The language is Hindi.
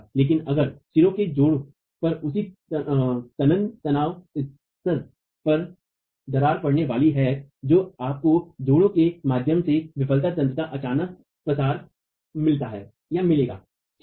लेकिन अगर सिरों के जोड़ों पर उसी नमन तनाव स्स्तर पर दरार पड़ने वाली हैतो आपको जोड़ों के माध्यम से विफलता तंत्र का अचानक प्रसार मिलता हैमिलेगा ठीक है न